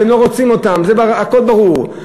אתם לא רוצים אותם, זה הכול ברור.